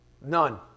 None